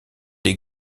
des